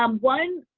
um one,